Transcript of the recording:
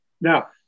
Now